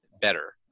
better